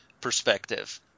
perspective